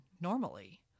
normally